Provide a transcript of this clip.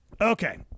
Okay